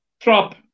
drop